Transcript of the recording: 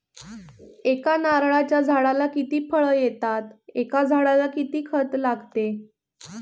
एका नारळाच्या झाडाला किती फळ येतात? एका झाडाला किती खत लागते?